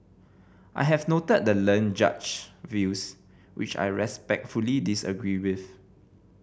I have noted the learned Judge's views which I respectfully disagree with